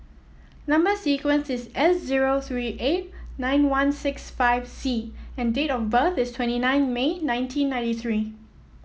number sequence is S zero three eight nine one six five C and date of birth is twenty nine May nineteen ninety three